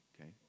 okay